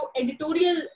editorial